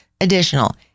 additional